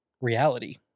Reality